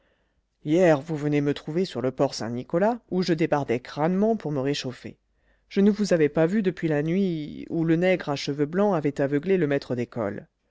hier vous venez me trouver sur le port saint-nicolas où je débardais crânement pour me réchauffer je ne vous avais pas vu depuis la nuit où le nègre à cheveux blancs avait aveuglé le maître d'école